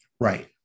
Right